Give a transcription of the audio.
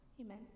Amen